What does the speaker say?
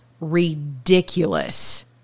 ridiculous